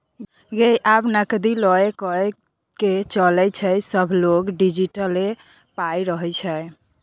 गै आब नगदी लए कए के चलै छै सभलग डिजिटले पाइ रहय छै